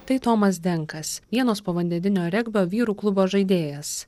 tai tomas denkas vienos povandeninio regbio vyrų klubo žaidėjas